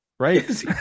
Right